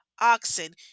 oxen